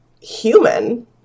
human